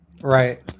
Right